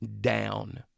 down